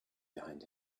behind